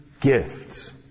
gifts